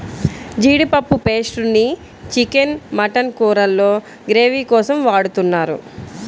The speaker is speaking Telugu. జీడిపప్పు పేస్ట్ ని చికెన్, మటన్ కూరల్లో గ్రేవీ కోసం వాడుతున్నారు